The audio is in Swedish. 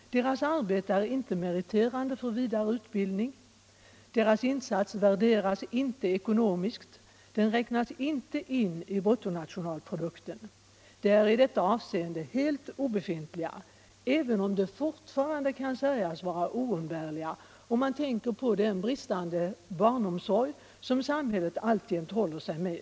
Deras arbete är inte meriterande för vidare utbildning. Deras insats värderas inte ekonomiskt. Den räknas inte in i bruttonationalprodukten. I detta avseende är de hemarbetande helt obefintliga - även om de forfarande kan sägas vara oumbärliga, om man tänker på den bristande barnomsorg som samhället alltjämt håller sig med.